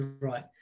right